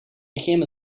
became